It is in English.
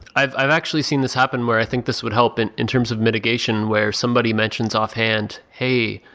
i've i've actually seen this happen where i think this would help in in terms of mitigation where somebody mentions offhand, hey,